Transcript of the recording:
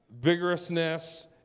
vigorousness